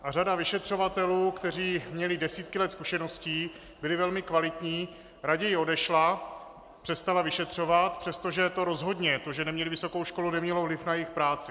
A řada vyšetřovatelů, kteří měli desítky let zkušeností, byli velmi kvalitní, raději odešla, přestala vyšetřovat, přestože rozhodně to, že neměli vysokou školu, nemělo vliv na jejich práci.